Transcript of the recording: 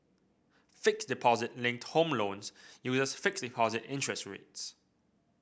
fixed deposit linked home loans uses fixed deposit interest rates